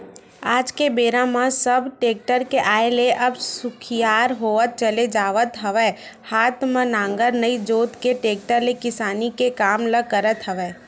आज के बेरा म सब टेक्टर के आय ले अब सुखियार होवत चले जावत हवय हात म नांगर नइ जोंत के टेक्टर ले किसानी के काम ल करत हवय